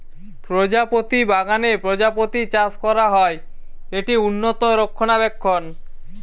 প্রজাপতি বাগানে প্রজাপতি চাষ করা হয়, এটি উন্নত রক্ষণাবেক্ষণ